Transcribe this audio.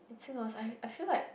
Sing dollars I I feel like